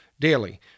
Daily